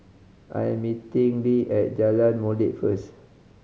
I am meeting Le at Jalan Molek first